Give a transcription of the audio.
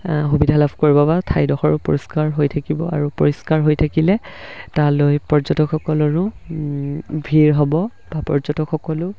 সুবিধা লাভ কৰিব বা ঠাইডোখৰ পৰিষ্কাৰ হৈ থাকিব আৰু পৰিষ্কাৰ হৈ থাকিলে তালৈ পৰ্যটকসকলৰো ভিৰ হ'ব বা পৰ্যটকসকলো